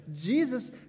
Jesus